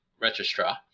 registrar